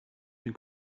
been